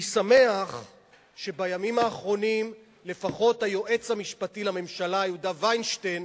אני שמח שבימים האחרונים לפחות היועץ המשפטי לממשלה יהודה וינשטיין